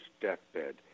deathbed